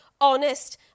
honest